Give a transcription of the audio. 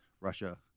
Russia